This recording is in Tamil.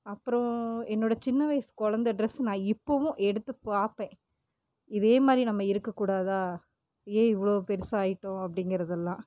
அப்புறம் என்னோட சின்ன வயசு குழந்த ட்ரெஸ்ஸு நான் இப்போவும் எடுத்து பார்ப்பேன் இதே மாரி நம்ம இருக்கக் கூடாதா ஏன் இவ்வளோ பெருசாக ஆயிட்டோம் அப்படிங்கிறதெல்லாம்